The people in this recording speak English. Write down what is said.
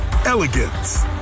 Elegance